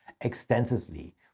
extensively